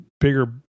bigger